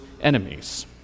enemies